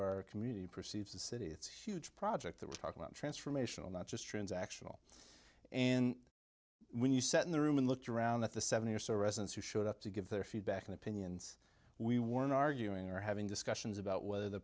our community perceives the city it's huge project that we're talking about transformational not just transactional and when you set in the room and looked around at the seventy or so residents who showed up to give their feedback and opinions we weren't arguing or having discussions about whether the